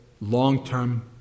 long-term